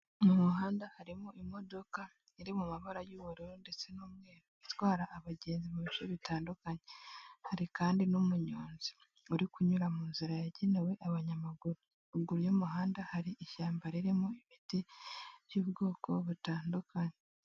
Mu muhanda harimo imodoka iri mu mabara y'ubururu ndetse n'umweru, itwara abagenzi mu bice bitandukanye, hari kandi n'umunyonzi uri kunyura mu nzira yagenewe abanyamaguru, ruguru y'umuhanda hari ishyamba ririmo ibiti by'ubwoko butandukanye.